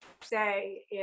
say